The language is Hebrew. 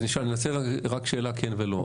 רק שאלה כן ולא.